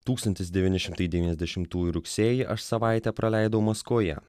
tūkstantis devyni šimtai devyniasdešimtųjų rugsėjį aš savaitę praleidau maskvoje